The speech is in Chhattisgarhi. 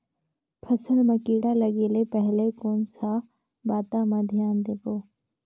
फसल मां किड़ा लगे ले पहले कोन सा बाता मां धियान देबो?